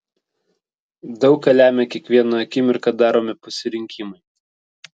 daug ką lemią kiekvieną akimirką daromi pasirinkimai